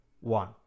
one